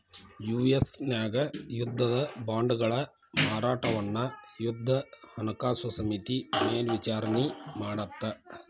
US ನ್ಯಾಗ ಯುದ್ಧದ ಬಾಂಡ್ಗಳ ಮಾರಾಟವನ್ನ ಯುದ್ಧ ಹಣಕಾಸು ಸಮಿತಿ ಮೇಲ್ವಿಚಾರಣಿ ಮಾಡತ್ತ